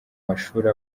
mashuri